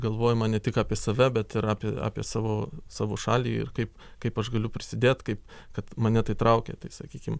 galvojimą ne tik apie save bet ir apie apie savo savo šalį ir kaip kaip aš galiu prisidėt kaip kad mane tai traukia tai sakykim